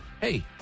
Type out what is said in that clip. hey